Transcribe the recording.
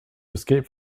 escape